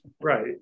Right